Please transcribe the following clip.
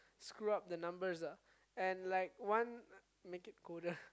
screw up the numbers lah and like one make it colder